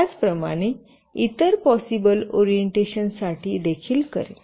त्याचप्रमाणे इतर पॉसिबल ओरिएंटेशनसाठी करेल